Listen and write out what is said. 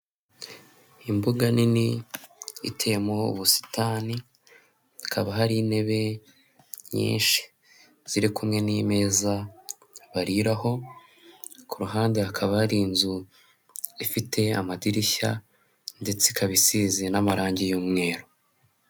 Imbuga nini iteyemo ubusitani, hakaba hari intebe nyinshi ziri kumwe n'imeza bariraho, ku ruhande hakaba hari inzu ifite amadirishya ndetse ikaba isize n'amarangi y'umweru.